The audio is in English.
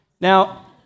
Now